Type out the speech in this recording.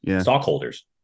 stockholders